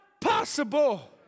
possible